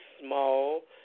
small